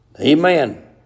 Amen